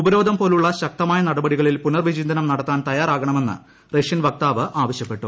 ഉപരോധം പോലുള്ള ശക്തമായ നടപടികളിൽ പുനർവിചിന്തനം നടത്താൻ തയ്യാറാവണമെന്ന് റഷ്യൻ വക്താവ് ആവശ്യപ്പെട്ടു